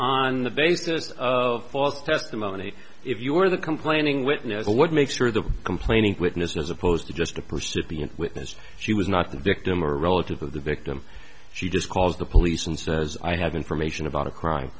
on the basis of false testimony if you were the complaining witness would make sure the complaining witness as opposed to just a percipient witness she was not the victim or relative of the victim she just called the police and says i have information about a crime